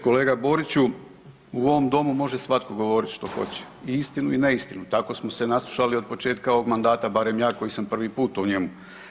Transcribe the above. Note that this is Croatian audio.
Kolega Boriću, u ovom domu može svatko govoriti što hoće i istinu i neistinu, tako smo se naslušali od početka ovog mandata barem ja koji sam prvi put u njemu.